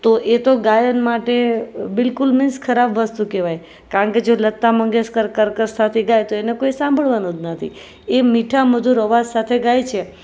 તો એ તો ગાયન માટે બિલકુલ મીન્સ ખરાબ વસ્તુ કહેવાય કારણ કે જો લતા મંગેશકર કર્કશતાથી ગાય તો એને કોઈ સાંભળવાનું જ નથી એ મીઠા મધુર અવાજ સાથે ગાય છે